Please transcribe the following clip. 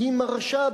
היא מרשה,